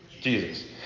Jesus